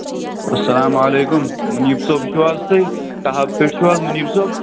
اسلام وعلیکُم مُنیٖب صٲب چھُو حظ تُہی ٹہاب پیٚٹھٕ چھُو حظ مُنیٖب صٲب